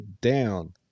down